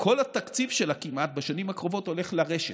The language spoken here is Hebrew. כמעט כל התקציב שלה בשנים הקרובות הולך לרשת,